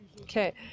okay